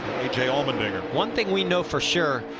um and and one thing we know for sure,